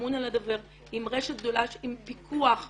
שאמון על הדבר עם רשת גדולה עם פיקוח מחוזי.